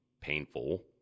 painful